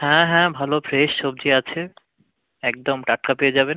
হ্যাঁ হ্যাঁ ভালো ফ্রেশ সবজি আছে একদম টাটকা পেয়ে যাবেন